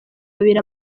babiri